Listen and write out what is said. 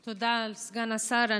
תודה, סגן השר.